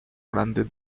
grande